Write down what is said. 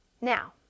Now